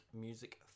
music